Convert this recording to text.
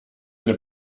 eine